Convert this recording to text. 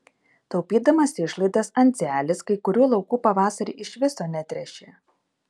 taupydamas išlaidas andzelis kai kurių laukų pavasarį iš viso netręšė